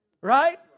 right